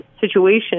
situation